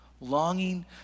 longing